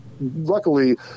luckily